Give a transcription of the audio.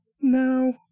No